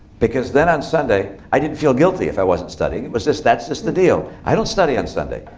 because then on sunday, i didn't feel guilty if i wasn't studying. it was just, that's just the deal. i don't study on sunday.